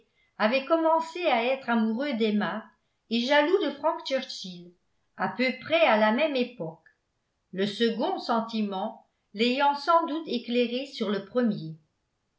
avait commencé à être amoureux d'emma et jaloux de frank churchill à peu près à la même époque le second sentiment l'ayant sans doute éclairé sur le premier